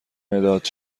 مداد